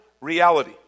reality